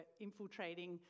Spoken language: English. infiltrating